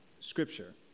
Scripture